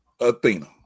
Athena